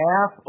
half